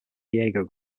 diego